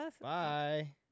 Bye